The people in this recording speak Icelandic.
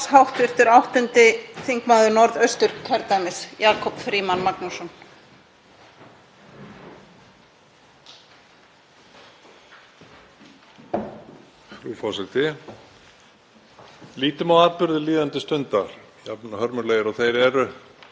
Frú forseti. Lítum á atburði líðandi stundar, jafn hörmulegir og þeir eru þeim sem þar eigast við, sem hvatann sem okkur hefur kannski vantað til að